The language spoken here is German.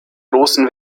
großen